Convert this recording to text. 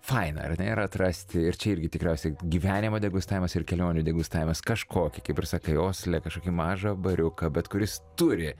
faina ar ne yra atrasti ir čia irgi tikriausiai gyvenimo degustavimas ir kelionių degustavimas kažkokį kaip ir sakai osle kažkokį mažą bariuką bet kuris turi